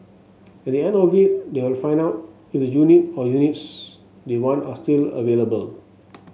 at the end of it they will find out if the unit or units they want are still available